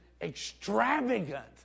extravagant